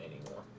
anymore